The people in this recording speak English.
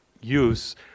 use